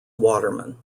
waterman